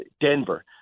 Denver